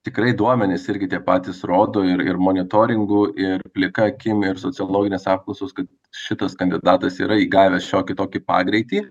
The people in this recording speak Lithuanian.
tikrai duomenys irgi tie patys rodo ir ir monitoringu ir plika akim ir sociologinės apklausos kad šitas kandidatas yra įgavęs šiokį tokį pagreitį